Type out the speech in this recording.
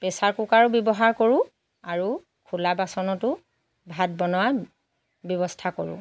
pressure কুকাৰো ব্যৱহাৰ কৰোঁ আৰু খোলা বাচনতো ভাত বনোৱাৰ ব্যৱস্থা কৰোঁ